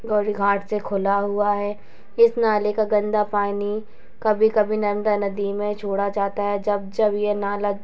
गंगा घाट से खुला हुआ है इस नाले का गंदा पानी कभी कभी गंगा नदी में छोड़ा जाता है जब जब यह नाला